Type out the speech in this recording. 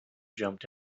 jumped